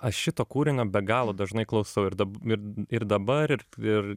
aš šito kūrinio be galo dažnai klausau ir dab ir ir dabar ir ir